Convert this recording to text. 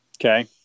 Okay